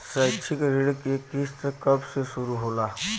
शैक्षिक ऋण क किस्त कब से शुरू होला?